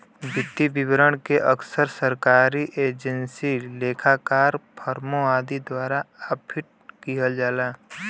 वित्तीय विवरण के अक्सर सरकारी एजेंसी, लेखाकार, फर्मों आदि द्वारा ऑडिट किहल जाला